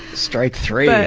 strike three.